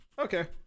Okay